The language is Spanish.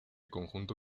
conjunto